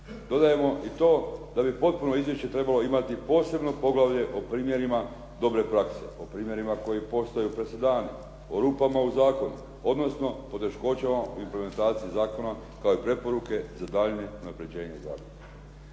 Dodajemo i to da bi potpuno izvješće trebalo imati posebno poglavlje o primjerima dobre prakse, o primjerima koji postaju presedani, o rupama u zakonu odnosno poteškoćama u implementaciji zakona kao i preporuke za daljnje unapređenje zakona.".